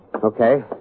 Okay